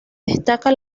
destaca